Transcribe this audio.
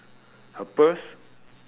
her purse